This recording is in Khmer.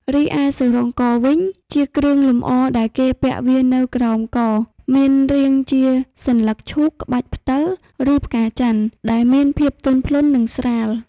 រីឯសុរ៉ងកវិញជាគ្រឿងលម្អដែលគេពាក់វានៅក្រោមក មានរាងជាសន្លឹកឈូក ក្បាច់ផ្តិល ឬផ្កាចន្ទន៍ ដែលមានភាពទន់ភ្លន់ និងស្រាល។